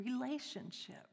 relationship